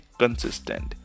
consistent